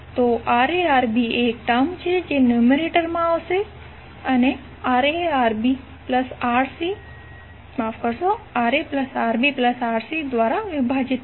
તો RaRb એ એક ટર્મ છે જે ન્યુમરેટર માં આવશે અને RaRbRc દ્વારા વિભાજિત થશે